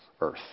earth